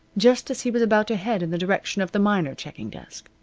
just as he was about to head in the direction of the minor checking-desk.